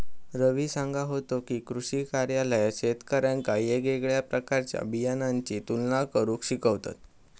रवी सांगा होतो की, कृषी कार्यालयात शेतकऱ्यांका येगयेगळ्या प्रकारच्या बियाणांची तुलना करुक शिकवतत